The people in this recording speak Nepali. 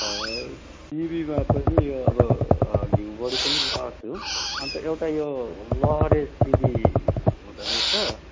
सिमीमा पनि यो अब घिउबोडी पनि लगाएको छु अन्त एउटा यो लहरे सिमी हुँदो रहेछ